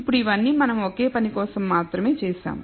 ఇప్పుడు ఇవన్నీ మనం ఒకే పని కోసం మాత్రమే చేసాము